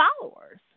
followers